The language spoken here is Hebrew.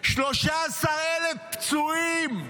13,000 פצועים.